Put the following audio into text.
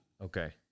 Okay